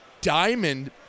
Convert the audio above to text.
diamond